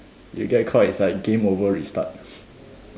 you get caught is like game over restart